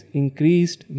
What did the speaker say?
increased